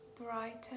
brighter